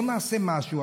בוא נעשה משהו.